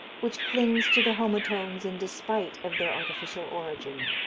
which clings to the homotones in despite of their artificial origin.